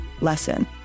lesson